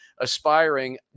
aspiring